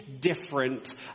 different